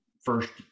first